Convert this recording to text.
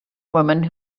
woman